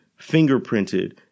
fingerprinted